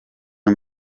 non